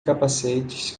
capacetes